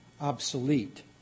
obsolete